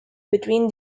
between